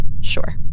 Sure